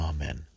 Amen